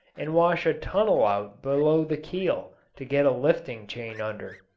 and wash a tunnel out below the keel, to get a lifting-chain under.